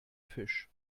fisch